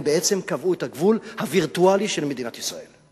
הם בעצם קבעו את הגבול הווירטואלי של מדינת ישראל.